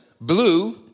blue